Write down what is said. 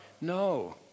No